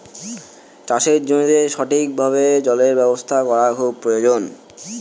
চাষের জমিতে ঠিক ভাবে জলের ব্যবস্থা করা খুব প্রয়োজন